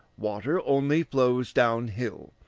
water only flows downhill,